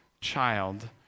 child